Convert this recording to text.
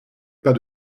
pas